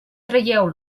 traieu